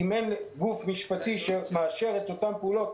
אם אין גוף משפטי שמאשר את אותן פעולות,